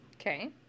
Okay